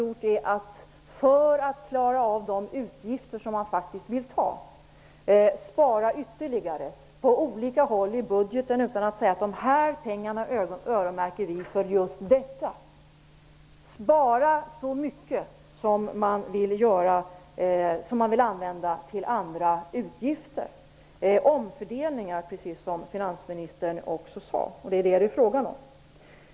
Och för att man skall kunna klara av de utgifter som man faktiskt vill ta, sparar man ytterligare på olika håll i budgeten utan att därför säga att vissa pengar öronmärks för vissa projekt. Det som man vill använda till vissa utgifter sparas in på andra. Precis som finansministern sade handlar det om omfördelningar.